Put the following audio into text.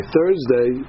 Thursday